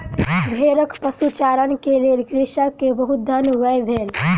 भेड़क पशुचारण के लेल कृषक के बहुत धन व्यय भेल